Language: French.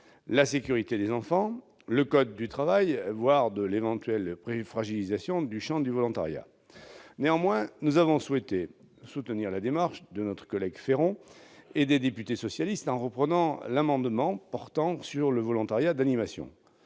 la sécurité des enfants, le code du travail, voire de l'éventuelle fragilisation du champ du volontariat. Néanmoins, nous avons souhaité soutenir la démarche de notre collègue député Hervé Féron et des députés socialistes en reprenant l'amendement portant sur le volontariat d'animation,